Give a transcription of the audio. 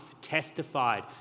testified